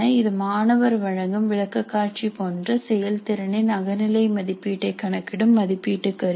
இது மாணவர் வழங்கும் விளக்கக்காட்சி போன்ற செயல் திறனின் அகநிலை மதிப்பீட்டை கணக்கிடும் மதிப்பீட்டு கருவி